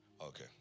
Okay